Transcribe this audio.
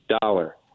dollar